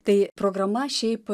tai programa šiaip